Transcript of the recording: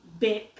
BIP